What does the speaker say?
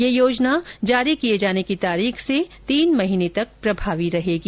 यह योजना जारी किये जाने की तारीख से तीन महीने तक प्रभावी रहेगी